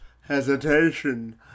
hesitation